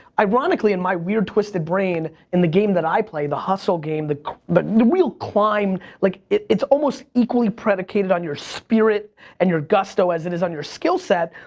ironically in my weird twisted brain, in the game that i play, the hustle game, the but the real climb, like it's almost equally predicated on your spirit and your gusto as it is on your skill set.